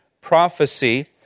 prophecy